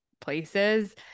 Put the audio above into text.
places